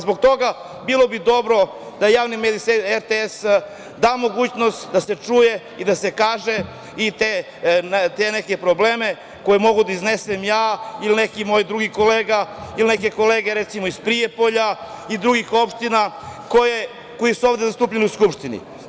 Zbog toga bi bilo dobro da Javni medijski servis RTS da mogućnost da se čuje i da se kažu i ti neki problemi koji mogu da iznesem ja ili neki moj drugi kolega, ili neke kolege iz Prijepolja i drugih opština koje su ovde zastupljeni u Skupštini.